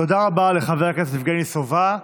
תודה רבה לחבר הכנסת יבגני סובה.